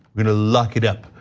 gonna lock it up,